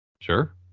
Sure